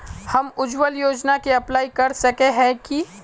हम उज्वल योजना के अप्लाई कर सके है की?